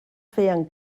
feien